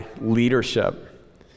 leadership